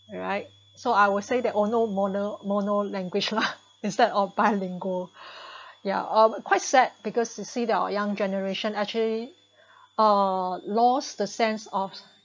alright so I will say that no mono~ mono-languages lah instead of bilingual yeah um quite sad because to see our young generation actually uh lost the sense of